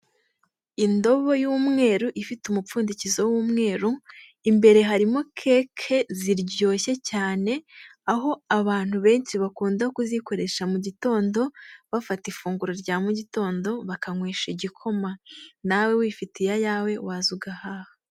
Indobo y'umweru ifite umupfundikizo w'umweru, imbere harimo cake ziryoshye cyane, aho abantu benshi bakunda kuzikoresha mu gitondo bafata ifunguro rya mu gitondo bakanywesha igikoma, nawe wifitiye ayawe waza ugahaha.